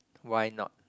why not